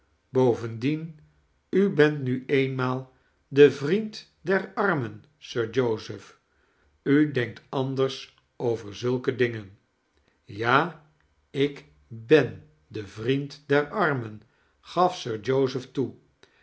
bovendien u bent nu eenmaal de vrieaid der armen sir joseph u clenkt andeirs over zulke dingen ja ik b e a de vriend der armen gaf sir joseph toe